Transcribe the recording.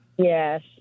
Yes